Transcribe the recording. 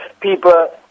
people